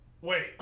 wait